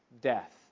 death